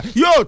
yo